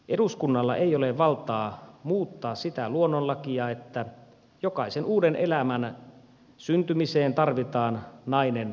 eduskunnalla ei ole valtaa muuttaa sitä luonnonlakia että jokaisen uuden elämän syntymiseen tarvitaan nainen ja mies